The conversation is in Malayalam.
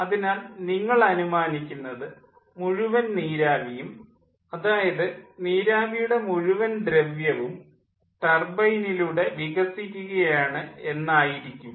അതിനാൽ നിങ്ങൾ അനുമാനിക്കുന്നത് മുഴുവൻ നീരാവിയും അതായത് നീരാവിയുടെ മുഴുവൻ ദ്രവ്യവും ടർബൈനിലൂടെ വികസിക്കുകയാണ് എന്നായിരിക്കും